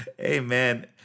Amen